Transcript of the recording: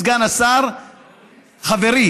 סגן השר, חברי.